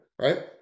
right